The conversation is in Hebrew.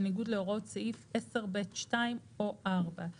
בניגוד להוראות סעיף 10(ב)(2) או (4);